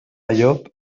llop